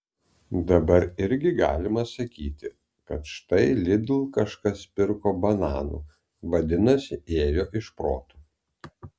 dabar irgi galima sakyti kad štai lidl kažkas pirko bananų vadinasi ėjo iš proto